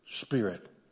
spirit